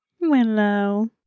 Willow